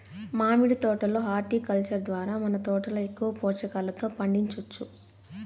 మామిడి తోట లో హార్టికల్చర్ ద్వారా మన తోటలో ఎక్కువ పోషకాలతో పండించొచ్చు